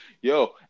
yo